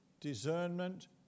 Discernment